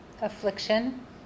affliction